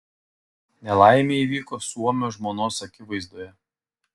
nelaimė įvyko suomio žmonos akivaizdoje